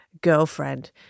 girlfriend